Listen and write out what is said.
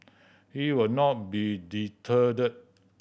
he will not be deterred